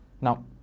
Now